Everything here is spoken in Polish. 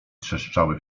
trzeszczały